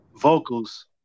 vocals